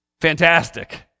Fantastic